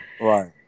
Right